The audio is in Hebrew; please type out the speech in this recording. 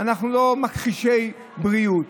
אנחנו לא מכחישי בריאות.